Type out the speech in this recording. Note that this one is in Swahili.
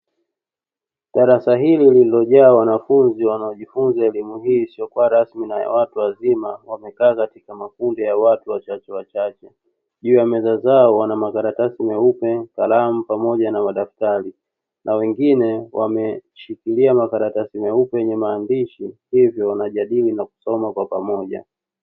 Darasa hili lililojaa wanafunzi wanaojifunza elimu hii isiyokuwa rasmi na watu wazima, wamekaa katika makundi ya watu wachache wachache. Juu ya meza zao wana makaratasi meupe, kalamu pamoja na madaftari; na wengine wameshikilia makaratasi meupe yenye maandishi, hivyo wanajadili na kusoma kwa pamoja.